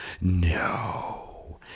No